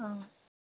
অঁ